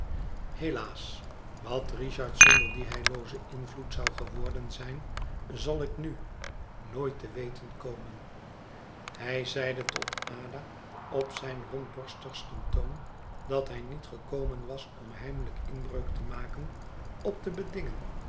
helaas wat richard zonder dien heilloozen invloed zou geworden zijn zal ik nu nooit te weten komen hij zeide tot ada op zijn rondborstigsten toon dat hij niet gekomen was om heimelijk inbreuk te maken op de bedingen